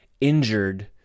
injured